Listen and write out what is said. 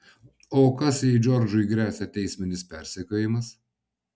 o kas jei džordžui gresia teisminis persekiojimas